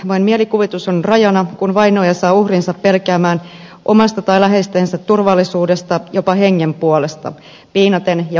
vain mielikuvitus on rajana kun vainoaja saa uhrinsa pelkäämään oman tai läheistensä turvallisuuden jopa hengen puolesta piinaten ja pelotellen